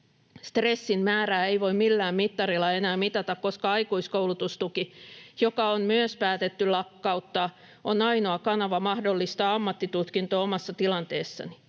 Stressin määrää ei voi millään mittarilla enää mitata, koska aikuiskoulutustuki, joka on myös päätetty lakkauttaa, on ainoa kanava mahdollistaa ammattitutkinto omassa tilanteessani.